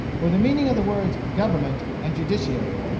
were the meaning of the words government and judiciary.